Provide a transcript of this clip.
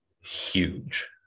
huge